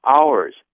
hours